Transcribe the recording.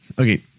Okay